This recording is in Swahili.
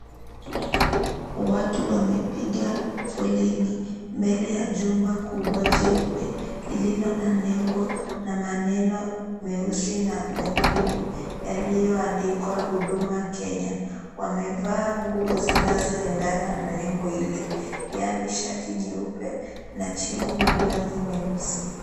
Watu wamepiga foleni mbele ya jumba kubwa jeupe lililo na nembo na maneno meusi na mekundu yaliyoandikwa huduma Kenya. Wamevaa nguo zinazoendana na maandiko ile, yaani shati nyeupe na chini mavazi meusi.